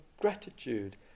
gratitude